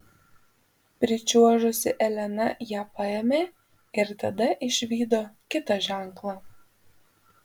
pričiuožusi elena ją paėmė ir tada išvydo kitą ženklą